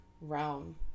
realm